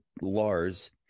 Lars